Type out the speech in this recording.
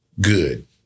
good